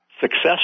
success